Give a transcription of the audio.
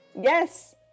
Yes